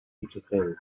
mittelfeld